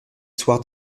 soir